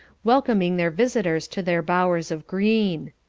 welcoming their visitors to their bowers of green.